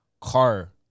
car